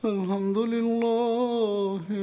Alhamdulillah